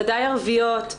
ודאי ערביות,